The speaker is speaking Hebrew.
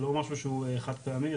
זה לא משהו שהוא חד פעמי,